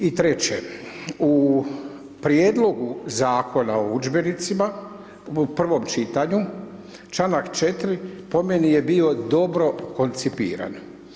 I treće, u prijedlogu Zakona o udžbenicima u prvom čitanju, članak 4. po meni je bio dobro koncipiran.